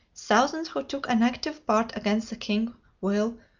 thousands who took an active part against the king will,